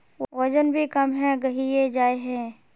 वजन भी कम है गहिये जाय है?